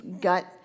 gut